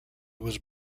was